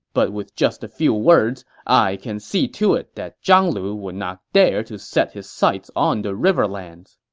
but with just a few words, i can see to it that zhang lu would not dare to set his sights on the riverlands.